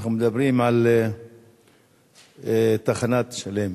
ואנחנו מדברים על תחנת "שלם":